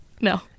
No